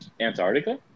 Antarctica